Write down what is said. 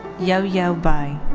yoyo bai.